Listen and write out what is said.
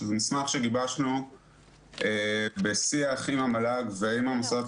שזה מסמך שגיבשנו בשיח עם המל"ג ועם המוסדות